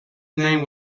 name